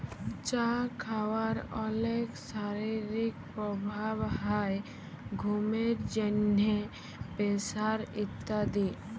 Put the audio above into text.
চা খাওয়ার অলেক শারীরিক প্রভাব হ্যয় ঘুমের জন্হে, প্রেসার ইত্যাদি